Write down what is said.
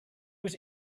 was